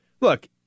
look